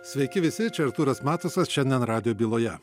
sveiki visi čia artūras matusas šiandien radijo byloje